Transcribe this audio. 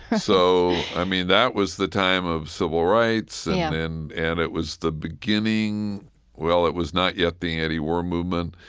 so, i mean, that was the time of civil rights and and it was the beginning well, it was not yet the antiwar movement.